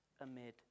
amid